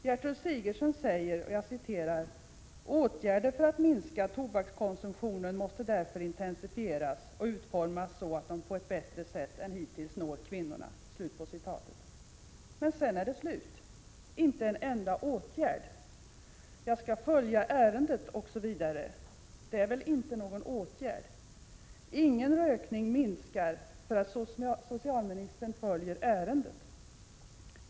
Gertrud Sigurdsen säger: ”Åtgärder för att minska tobakskonsumtionen måste därför intensifieras och utformas så att de på ett bättre sätt än hittills når kvinnorna.” Sedan är det slut — inte en enda åtgärd! ”Jag ämnar följa detta ärende ——-.” Det är väl inte någon åtgärd. Ingen rökning minskar därför att socialministern ”följer ärendet”.